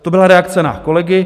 To byla reakce na kolegy.